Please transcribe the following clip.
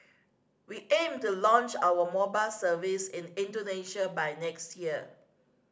we aim to launch our mobile service in Indonesia by next year